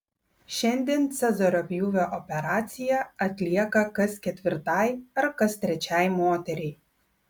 šiandien cezario pjūvio operacija atlieka kas ketvirtai ar kas trečiai moteriai